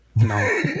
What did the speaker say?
No